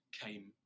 came